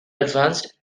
advanced